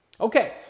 Okay